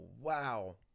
wow